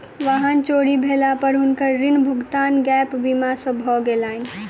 वाहन चोरी भेला पर हुनकर ऋण भुगतान गैप बीमा सॅ भ गेलैन